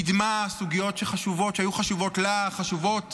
היא קידמה סוגיות שחשובות, שהיו חשובות לה, חשובות